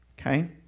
okay